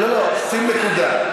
לא לא, שים נקודה.